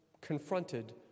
confronted